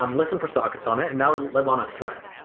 um listen for sockets on it and now live on a thread.